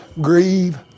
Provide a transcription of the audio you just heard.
Grieve